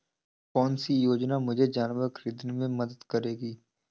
कौन सी योजना मुझे जानवर ख़रीदने में मदद करेगी?